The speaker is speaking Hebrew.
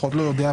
לפחות לא יודע,